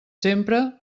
sempre